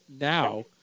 now